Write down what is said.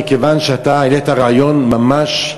מכיוון שאתה העלית רעיון ממש,